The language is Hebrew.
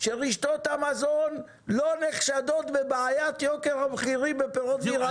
שרשתות המזון לא נחשדות בבעיית יוקר המחירים בפירות וירקות.